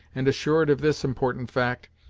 and, assured of this important fact,